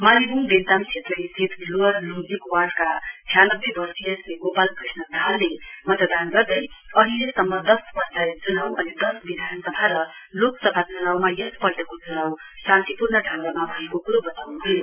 मानेवुङ देन्ताम क्षेत्र स्थित लोवर लुङजिक वार्डका छ्यानब्बे बर्षिय श्री गोपाल कृष्ण दाहालले मतदान गर्दै अहिलेसम्म दस पश्चायत चुनाउ अनि दस विधानसभा र लोकसभा चुनाउमा यस पल्टको चुनाउ शान्ति पूर्ण ढ़गमा भएको कुरो वताउनु भयो